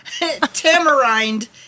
tamarind